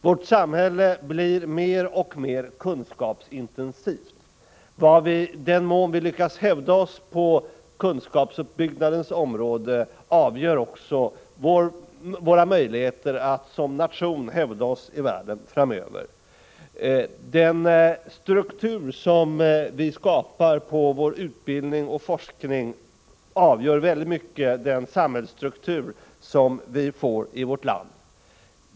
Vårt samhälle blir mer och mer kunskapsintensivt. I den mån vi lyckas hävda oss på kunskapsuppbyggnadens område avgörs också våra möjligheter att som nation hävda oss i världen framöver. Den struktur som vi skapar på vår utbildning och forskning avgör i mycket hög grad den samhällsstruktur som vi får i vårt land.